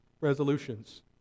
resolutions